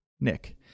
Nick